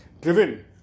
driven